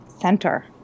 center